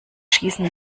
schießen